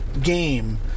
game